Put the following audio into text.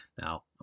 Now